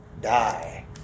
die